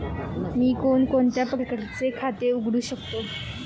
मी कोणकोणत्या प्रकारचे खाते उघडू शकतो?